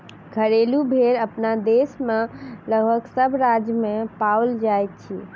घरेलू भेंड़ अपना देश मे लगभग सभ राज्य मे पाओल जाइत अछि